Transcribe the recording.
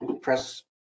press